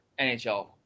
NHL